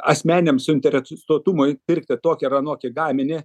asmeniniam suinteresuotumui pirkti tokį ar anokį gaminį